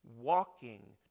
walking